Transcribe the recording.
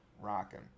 rocking